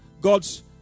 God's